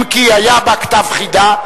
אם כי היה בה כתב חידה,